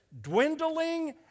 Dwindling